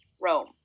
Rome